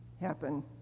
happen